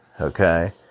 okay